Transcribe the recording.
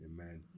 amen